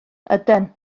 yden